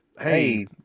Hey